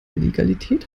illegalität